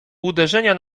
uderzenia